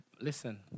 listen